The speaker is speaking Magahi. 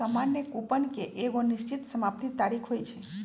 सामान्य कूपन के एगो निश्चित समाप्ति तारिख होइ छइ